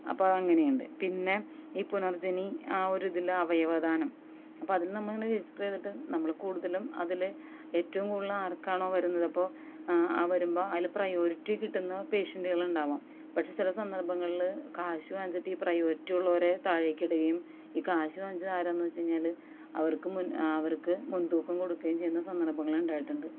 അപ്പോൾ അങ്ങനെയുണ്ട് പിന്നെ ഈ പുനർജ്ജനി ആ ഒരു ഇതിലെ അവയവ ദാനം അപ്പം അതിൽ നമ്മൾ ഇങ്ങനെ രജിസ്റ്റർ ചെയ്തിട്ട് നമ്മൾ കൂടുതലും അതിൽ ഏറ്റവും കൂടുതൽ ആർക്കാണോ വരുന്നത് അപ്പോൾ ആ വരുമ്പോൾ അതിൽ പ്രയോരിറ്റി കിട്ടുന്ന പേഷ്യൻ്റുകലുണ്ടാവാം പക്ഷേ ചില സന്ദർഭങ്ങളിൽ കാശ് വാങ്ങിച്ചിട്ട് ഈ പ്രയോരിറ്റിയുള്ളവരെ താഴേക്കിടുകയും ഈ കാശ് വാങ്ങിച്ചത് ആരാണെന്ന് വച്ച് കഴിഞ്ഞാൽ അവർക്ക് മുൻ അവർക്ക് മുൻ തൂക്കം കൊടുക്കുകയും ചെയ്യുന്ന സന്ദർഭങ്ങളുണ്ടായിട്ടുണ്ട്